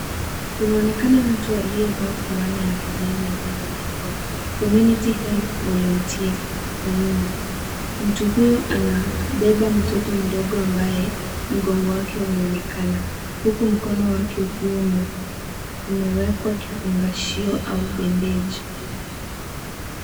Kunaonekana mtu aliyevaa fulana ya kijani iliyoandikwa community health volunteer kwa nyuma. Mtu huyo anambeba mtoto ambaye mgongo wake unaonekana huku mkono wake ukiwa umewekwa kifungashio au bendeji.